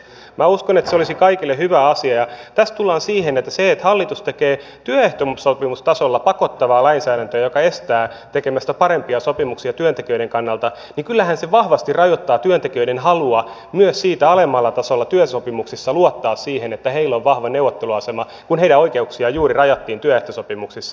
minä uskon että se olisi kaikille hyvä asia ja tässä tullaan siihen että kyllähän se että hallitus tekee työehtosopimustasolla pakottavaa lainsäädäntöä joka estää tekemästä parempia sopimuksia työntekijöiden kannalta vahvasti rajoittaa työntekijöiden halua myös siitä alemmalla tasolla työsopimuksissa luottaa siihen että heillä on vahva neuvotteluasema kun heidän oikeuksiaan juuri rajattiin työehtosopimuksissa